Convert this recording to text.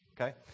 okay